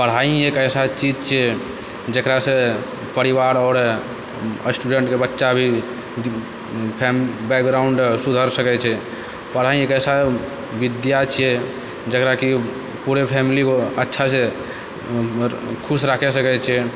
पढ़ाइ ही एक ऐसा चीज छै जकरासँ परिवार आओर एस्टूडेन्टके बच्चाभी बैकग्राउण्ड सुधरि सकै छै पढ़ाइ ही एक ऐसा विद्या छिए जकराकि पूरे फैमिली अच्छासँ खुश राखि सकै छै